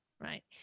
Right